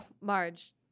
Marge